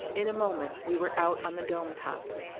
in a moment we were out on the dome top.